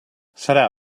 serà